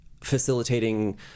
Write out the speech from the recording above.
facilitating